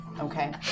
Okay